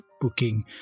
booking